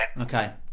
Okay